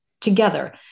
together